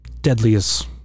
deadliest